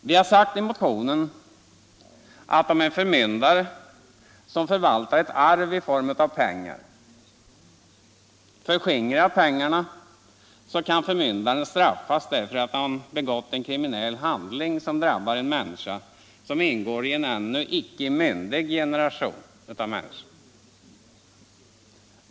Vi har sagt i motionen att om en förmyndare, som förvaltar ett arv i form av pengar, förskingrar dessa pengar så kan förmyndaren straffas därför att han begått en kriminell handling som drabbar en människa som ingår i en ännu inte myndig generation.